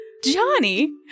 Johnny